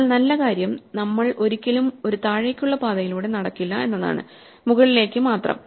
എന്നാൽ നല്ല കാര്യം നമ്മൾ ഒരിക്കലും ഒരു താഴേക്കുള്ള പാതയിലൂടെ നടക്കില്ല എന്നതാണ്മുകളിലേക്ക് മാത്രം